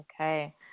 Okay